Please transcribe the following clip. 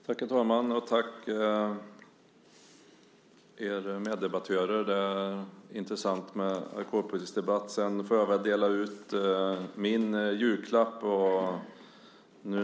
Herr talman! Jag vill först tacka mina meddebattörer. Det är intressant med alkoholpolitiska debatter. Sedan får jag väl dela ut min julklapp.